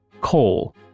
Coal